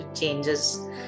changes